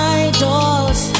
idols